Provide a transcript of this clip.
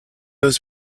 was